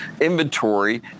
inventory